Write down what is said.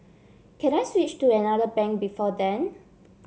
can I switch to another bank before then